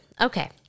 Okay